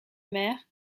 mère